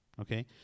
okay